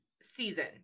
season